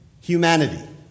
humanity